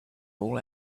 all